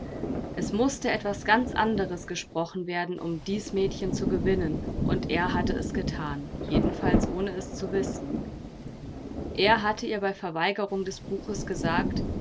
es mußte etwas ganz anderes gesprochen werden um dies mädchen zu gewinnen und er hatte es gethan jedenfalls ohne es zu wissen er hatte ihr bei verweigerung des buches gesagt